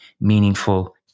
meaningful